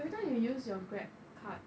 everytime you use your grab card